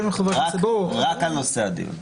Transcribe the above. רק על נושא הדיון.